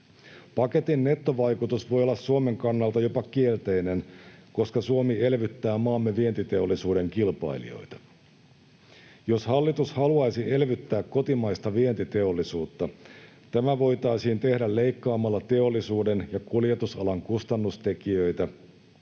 Paketin nettovaikutus voi olla Suomen kannalta jopa kielteinen, koska Suomi elvyttää maamme vientiteollisuuden kilpailijoita. Jos hallitus haluaisi elvyttää kotimaista vientiteollisuutta, tämä voitaisiin tehdä leikkaamalla teollisuuden ja kuljetusalan kustannustekijöitä,